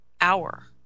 hour